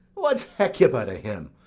what's hecuba to him,